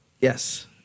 Yes